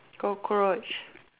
cockroach